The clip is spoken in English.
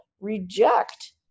reject